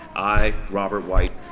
i robert white.